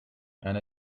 and